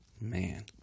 Man